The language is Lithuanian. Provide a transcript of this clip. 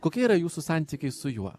kokie yra jūsų santykiai su juo